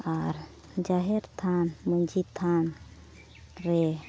ᱟᱨ ᱡᱟᱦᱮᱨ ᱛᱷᱟᱱ ᱢᱟᱹᱡᱷᱤ ᱛᱷᱟᱱ ᱨᱮ